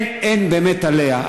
באמת אין עליה.